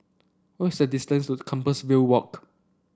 what is the distance to Compassvale Walk